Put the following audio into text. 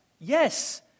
Yes